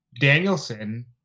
Danielson